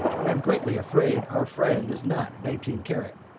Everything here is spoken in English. but i'm greatly afraid our friend is not nineteen carat.